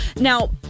Now